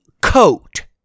coat